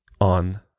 on